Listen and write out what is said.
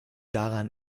daran